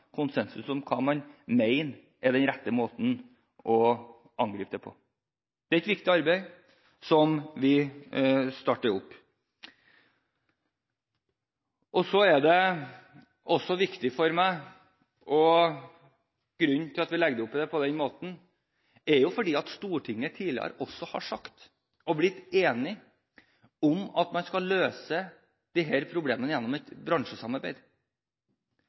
konsensus om hva man mener er den rette måten å angripe det på. Det er et viktig arbeid som vi starter opp. Det er også viktig for meg å si at grunnen til at vi legger det opp på den måten, er at Stortinget tidligere har sagt og blitt enig om at man skal løse disse problemene gjennom et bransjesamarbeid.